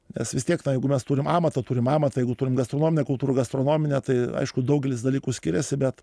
nes vis tiek na jeigu mes turim amatą turim amatą jeigu turim gastronominę kultūrą gastronominę tai aišku daugelis dalykų skiriasi bet